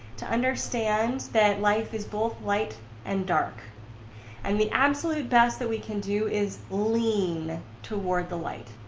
to understand that life is both light and dark and the absolute best that we can do is lean toward the light.